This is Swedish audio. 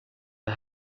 det